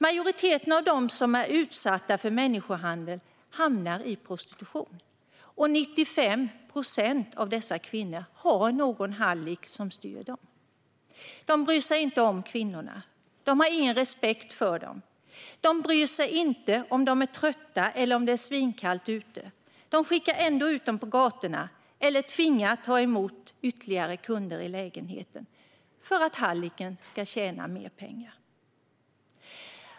Majoriteten av dem som är utsatta för människohandel hamnar i prostitution, och 95 procent av dessa kvinnor har en hallick som styr dem. Dessa hallickar bryr sig inte om kvinnorna. De har ingen respekt för dem och bryr sig inte om huruvida de är trötta eller om det är svinkallt ute. De skickar ändå ut dem på gatorna eller tvingar dem att ta emot ytterligare kunder i lägenheten - för att hallicken ska tjäna mer pengar.